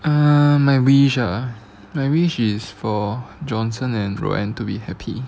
uh my wish ah my wish is for johnson and roanne to be happy